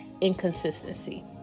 inconsistency